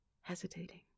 hesitating